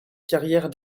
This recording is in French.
carrière